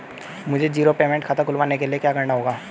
मुझे zero payment खाता खुलवाने के लिए क्या करना होगा?